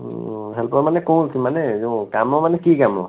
ହଁ ହେଲ୍ପର୍ ମାନେ କେଉଁଠି ମାନେ ଯେଉଁ କାମ ମାନେ କି କାମ